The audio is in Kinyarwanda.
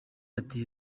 ati